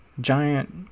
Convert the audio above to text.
giant